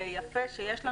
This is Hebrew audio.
יש לנו